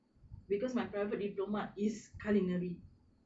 because my private diploma is culinary